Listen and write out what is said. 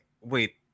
wait